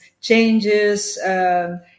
changes